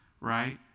right